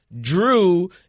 Drew